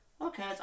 okay